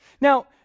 Now